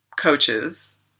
coaches